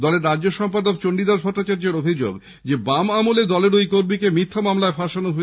দলের রাজ্য সম্পাদক চন্ডীদাস ভট্টাচার্য্যের অভিযোগ বাম আমলে দলের ঐ কর্মীকে মিথ্যা মামলায় ফাঁসানো হয়